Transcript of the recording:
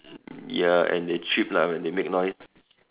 ya and they cheep lah when they make noise